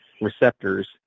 receptors